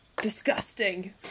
Disgusting